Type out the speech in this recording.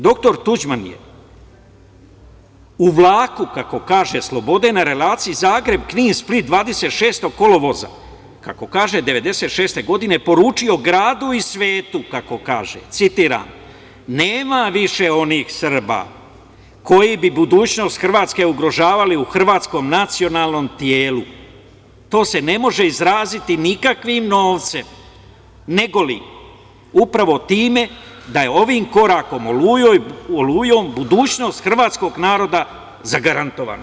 Doktor Tuđman je u vlaku, kako kaže slobode, na relaciji Zagreb-Knin-Split 26. kolovoza, kako kaže, 1996. godine poručio gradu i svetu, kako kaže, citiram – nema više onih Srba koji bi budućnost Hrvatske ugrožavali u hrvatskom nacionalnom telu, to se ne može izraziti nikakvim novcem, nego li upravo time da je ovim korakom olujom, budućnost Hrvatskog naroda zagarantovana.